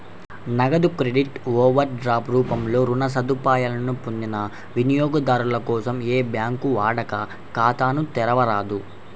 నగదు credit, overdraft రూపంలో రుణ సదుపాయాలను పొందిన వినియోగదారుల కోసం ఏ బ్యాంకూ వాడుక ఖాతాలను తెరవరాదు